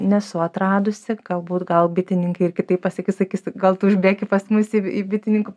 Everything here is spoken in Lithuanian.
nesu atradusi galbūt gal bitininkai kitaip pasakys sakys gal tu užbėki pas mus į bitininkų